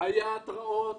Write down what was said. היו התרעות